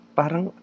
parang